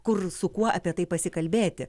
kur su kuo apie tai pasikalbėti